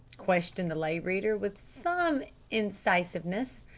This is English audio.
questioned the lay reader with some incisiveness.